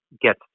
get